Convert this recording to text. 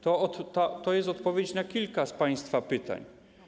To jest odpowiedź na kilka z państwa pytań.